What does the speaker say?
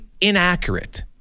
inaccurate